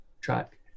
track